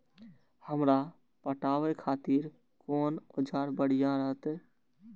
हमरा पटावे खातिर कोन औजार बढ़िया रहते?